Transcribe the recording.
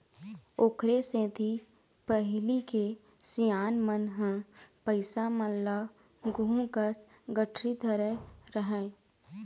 ओखरे सेती पहिली के सियान मन ह पइसा मन ल गुहूँ कस गठरी धरे रहय